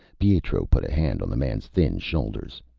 pietro put a hand on the man's thin shoulders,